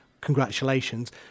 Congratulations